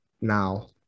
now